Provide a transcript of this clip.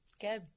Good